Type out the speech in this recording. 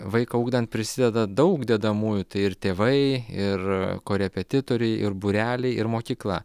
vaiką ugdant prisideda daug dedamųjų tai ir tėvai ir korepetitoriai ir būreliai ir mokykla